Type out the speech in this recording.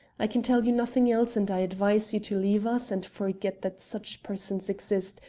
i can tell you nothing else, and i advise you to leave us and forget that such persons exist,